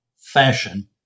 fashion